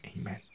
Amen